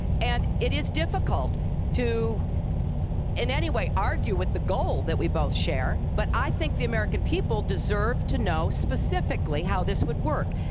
and it is difficult to in any way argue with the goal that we both share. but i think the american people deserve to know specifically how this would work.